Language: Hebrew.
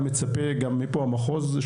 אנחנו מדברים גם על ההתחלה גן חובה וטרום חובה